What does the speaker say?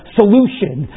solution